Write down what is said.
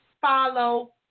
follow